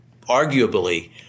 arguably